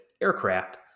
aircraft